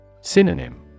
Synonym